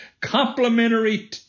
complementary